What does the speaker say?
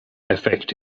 effect